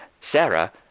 Sarah